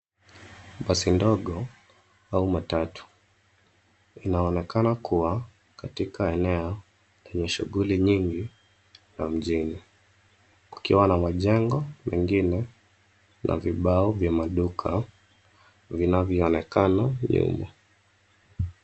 Basi ndogo au matatu inaonekana kuwa katika eneo lenye shuguli nyingi la mjini. Kukiwa na majengo mingine na vibao vya maduka vinavyoonekana nyuma.